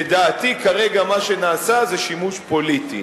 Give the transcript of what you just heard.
לדעתי מה שנעשה כרגע זה שימוש פוליטי.